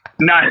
No